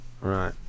Right